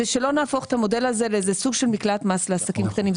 זה שלא נהפוך את המודל הזה לאיזה סוג של מקלט מס לעסקים קטנים.